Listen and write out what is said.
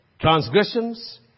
Transgressions